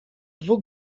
dwóch